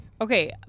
Okay